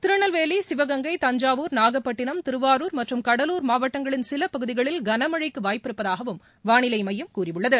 திருநெல்வேலி சிவகங்கை தஞ்சாவூர் நாகப்பட்டினம் திருவாரூர் மற்றும் கடலூர் மாவட்டங்களின் சிலபகுதிகளில் கனமழைக்குவாய்ப்பிருப்பதாகவும் வானிலைமையம் கூறியுள்ளது